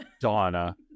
Donna